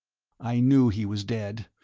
i knew he was dead!